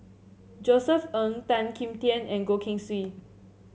Josef Ng Tan Kim Tian and Goh Keng Swee